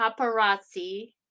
paparazzi